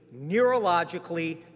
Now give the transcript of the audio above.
neurologically